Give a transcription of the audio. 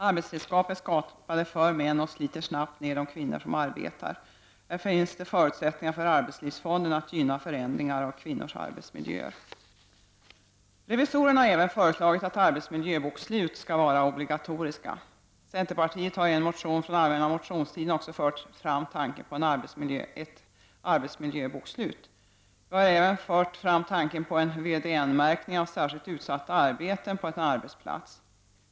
Arbetsredskap är skapade för män och sliter snabbt ner de kvinnor som arbetar. Här finns det förutsättningar för arbetslivsfonden att gynna förändringar av kvinnors arbetsmiljöer. Revisorerna har även föreslagit att arbetsmiljöbokslut skall vara obligatoriska. Centerpartiet har i en motion från allmänna motionstiden också fört fram tanken på ett arbetsmiljöbokslut. Vi har även fört fram tanken på en VDN-märkning av särskilt utsatta arbeten på en arbetsplats.